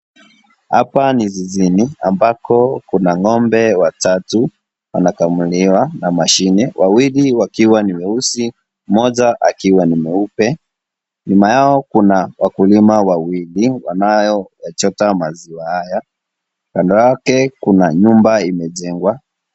Hapa ni zizini ambako kuna ng'ombe watatu wanakamuliwa na mashine . Wawili wakiwa ni weusi mmoja akiwa ni mweupe . Nyuma yao kuna wakulima wawili wanao yachota maziwa haya. Kando yake kuna nyumba imejengwa .